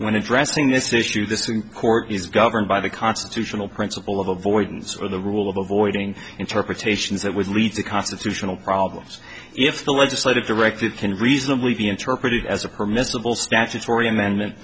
addressing this issue this in court is governed by the constitutional principle of avoidance or the rule of avoiding interpretations that would lead to constitutional problems if the legislative directive can reasonably be interpreted as a permissible statutory amendment